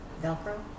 Velcro